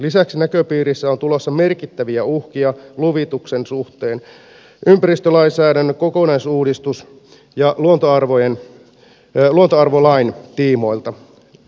lisäksi näköpiirissä on tulossa merkittäviä uhkia luvituksen suhteen ja ympäristölainsäädännön kokonaisuudistus myös luontoarvojen tiimoilta